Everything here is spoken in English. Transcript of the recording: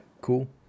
cool